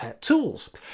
tools